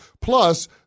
Plus